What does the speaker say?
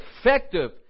effective